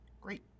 Great